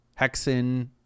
hexen